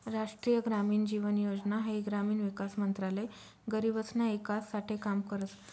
राष्ट्रीय ग्रामीण जीवन योजना हाई ग्रामीण विकास मंत्रालय गरीबसना ईकास साठे काम करस